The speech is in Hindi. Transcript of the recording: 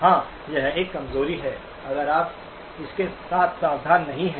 हां यह एक कमजोरी है अगर आप इसके साथ सावधान नहीं हैं